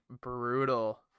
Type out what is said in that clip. brutal